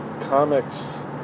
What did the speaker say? comics